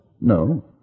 No